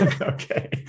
Okay